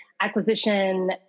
acquisition